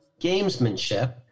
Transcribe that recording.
gamesmanship